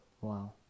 Wow